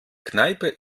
kneipe